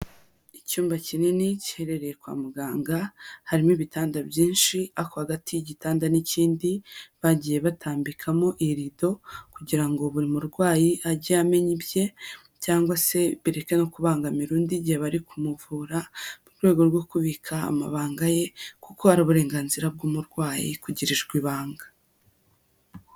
Icyumba kinini giherereye kwa muganga harimo ibitanda byinshi ariko hagati y'igitanda n'ikindi bagiye batambikamo irido kugira ngo buri murwayi ajye amenya ibye cyangwa se bireke no kubangamira undi mu gihe bari kumuvura mu rwego rwo kubika amabanga ye, kuko ari uburenganzira bw'umurwayi kugirirwa ibanga.